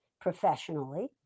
professionally